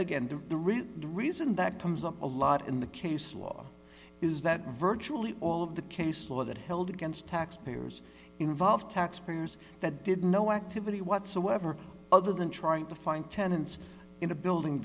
again the real reason that comes up a lot in the case law is that virtually all of the caseload that held against tax payers involve taxpayers that did no activity whatsoever other than trying to find tenants in a building